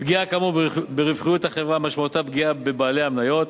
פגיעה כאמור ברווחיות החברה משמעותה פגיעה בבעלי המניות.